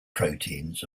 proteins